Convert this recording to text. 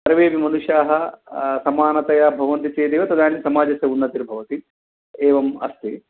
सर्वे अपि मनुष्याः समानतया भवन्ति चेदेव तदानीं समाजस्य उन्नतिर्भवति एवम् अस्ति